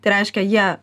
tai reiškia jie